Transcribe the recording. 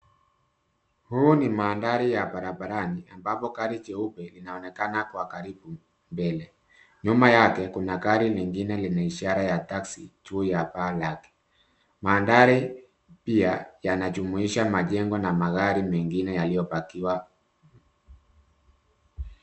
Huu ni mandhari ya barabarani ambapo gari jeupe linaonekana kwa karibu mbele. Nyuma yake kuna gari lingine lenye ishara ya, taxi, juu ya paa lake. Mandhari pia yanajumuisha majengo na magari mengine yaliyopakiwa.